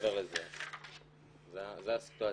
מעבר לזה זו הסיטואציה.